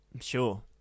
Sure